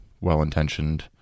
well-intentioned